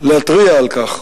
להתריע על כך,